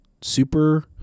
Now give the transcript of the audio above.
super